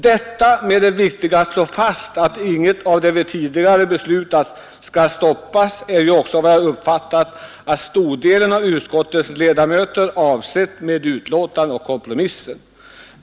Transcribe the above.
Att det är viktigt att slå fast att inget av det vi tidigare beslutat skall stoppas är också, som jag uppfattat, vad stordelen av utskottets ledamöter avsett med betänkandet och kompromissen.